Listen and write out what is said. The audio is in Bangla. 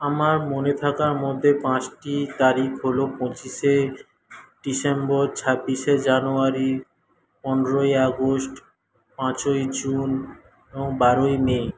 আমার মনে থাকার মধ্যে পাঁচটি তারিখ হল পঁচিশে ডিসেম্বর ছাব্বিশে জানুয়ারি পনেরোই আগস্ট পাঁচই জুন এবং বারোই মে